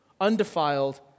undefiled